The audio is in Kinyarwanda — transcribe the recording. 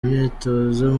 imyitozo